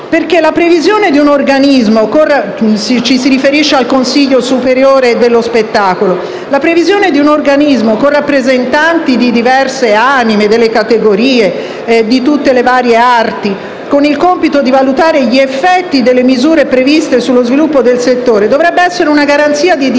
legge. La previsione di un organismo - ci si riferisce al consiglio superiore dello spettacolo - con rappresentanti di diverse anime, delle categorie e di tutte le varie arti con il compito di valutare gli effetti delle misure previste sullo sviluppo del settore, dovrebbe essere una garanzia di dialogo